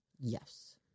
Yes